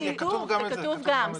זה כתוב גם.